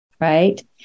right